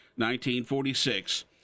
1946